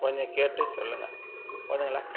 கொஞ்சம் கேட்டு சொல்லுங்கள் போதுங்களா